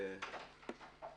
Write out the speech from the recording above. הגפ"ם.